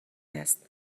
است